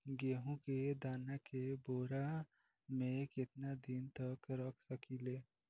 गेहूं के दाना के बोरा में केतना दिन तक रख सकिले?